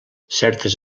certes